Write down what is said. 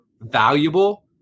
valuable